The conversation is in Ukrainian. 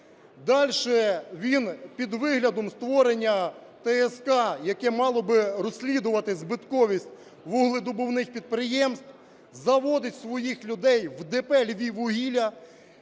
Дальше він під виглядом створення ТСК, яка мала би розслідувати збитковість вугледобувних підприємств, заводить своїх людей в ДП "Львіввугілля".